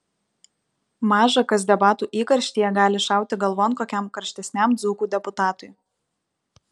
maža kas debatų įkarštyje gali šauti galvon kokiam karštesniam dzūkų deputatui